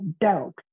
doubt